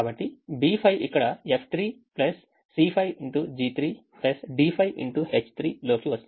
కాబట్టి B5 ఇక్కడ F3 C5xG3 D5xH3 లోకి వస్తుంది